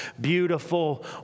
beautiful